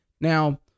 Now